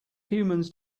humans